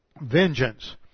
vengeance